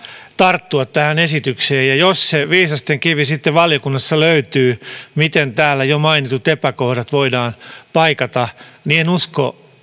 tarttua tähän esitykseen jos se viisasten kivi sitten valiokunnassa löytyy miten täällä jo mainitut epäkohdat voidaan paikata niin